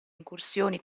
incursioni